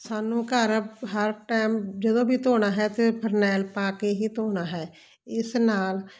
ਸਾਨੂੰ ਘਰ ਹਰ ਟਾਈਮ ਜਦੋਂ ਵੀ ਧੋਣਾ ਹੈ ਅਤੇ ਫਰਨੈਲ ਪਾ ਕੇ ਹੀ ਧੋਣਾ ਹੈ ਇਸ ਨਾਲ